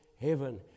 heaven